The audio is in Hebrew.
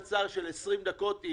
אפילו קצר של 20 דקות,